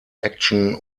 action